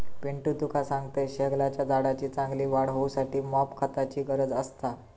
पिंटू तुका सांगतंय, शेगलाच्या झाडाची चांगली वाढ होऊसाठी मॉप खताची गरज असता